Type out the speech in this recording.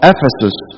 Ephesus